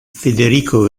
federico